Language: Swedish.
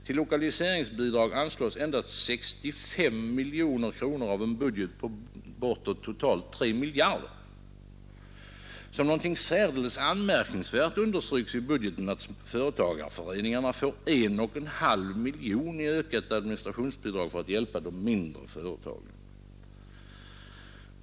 Till lokaliseringsbidrag anslås endast 65 miljoner kronor av en budget på totalt bortåt 3 miljarder kronor. Som något särdeles anmärkningsvärt understrykes i budgeten, att företagarföreningarna får 1,5 miljoner kronor i ökat administrationsbidrag för att hjälpa de mindre företagen.